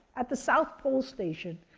at the south pole station.